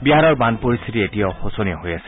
বিহাৰৰ বান পৰিস্থিতি এতিয়াও শোচনীয় হৈ আছে